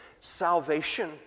salvation